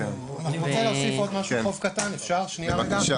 --- אפשר להוסיף עוד חוב קטן לאלעזר